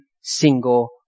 single